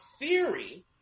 theory